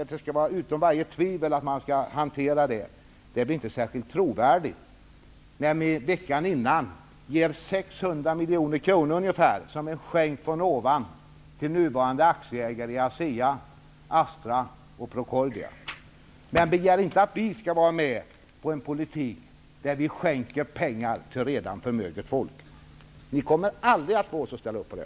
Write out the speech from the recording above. Att det skall vara bortom varje tvivel hur budgetunderskottet skall hanteras, är inte särskilt trovärdigt, när ni veckan innan ger ungefär 600 miljoner kronor som en skänk från ovan till nuvarande aktieägare i ABB, Astra och Procordia. Begär inte att vi skall ställa upp på en politik som innebär att man skall skänka pengar till redan förmöget folk! Ni kommer aldrig att få oss att ställa upp på det.